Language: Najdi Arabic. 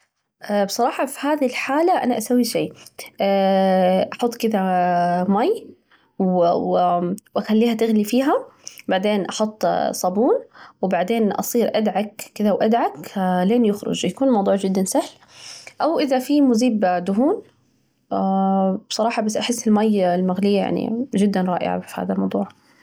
بصراحة في هذي الحالة، أنا أسوي شي، أحط كده مي و و و اخليها تغلي فيها، بعدين أحط صابون، وبعدين أصير أدعك كده وأدعك لين يخرج، يكون الموضوع جداً سهل، أو إذا في مزيب دهون، بصراحة بس أحس المي المغلية يعني جداً رائعة في هذا الموضوع.